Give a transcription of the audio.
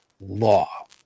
law